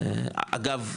אגב,